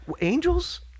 angels